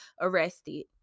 arrested